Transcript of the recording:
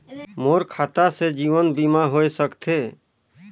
मोर खाता से जीवन बीमा होए सकथे?